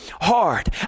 hard